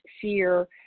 fear